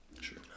Sure